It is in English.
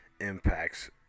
impacts